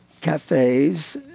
cafes